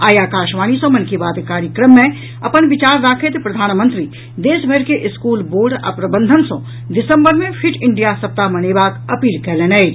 आई आकाशवाणी सॅ मन की बात कार्यक्रम मे अपन विचार राखैत प्रधानमंत्री देश भरिक स्कूल बोर्ड आ प्रबंधन सॅ दिसंबर मे फिट इंडिया सप्ताह मनेबाक अपील कयलनि अछि